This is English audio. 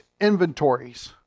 inventories